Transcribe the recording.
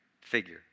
figure